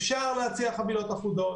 אפשר להציע חבילות אחודות,